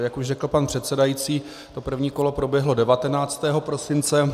Jak už řekl pan předsedající, první kolo proběhlo 19. prosince.